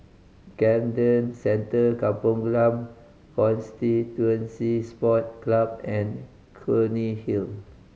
Camden Centre Kampong Glam Constituency Sport Club and Clunny Hill